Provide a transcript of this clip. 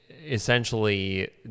Essentially